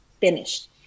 finished